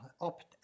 opt